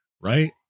right